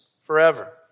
forever